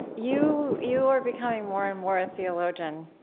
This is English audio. you you are becoming more and more a theologian.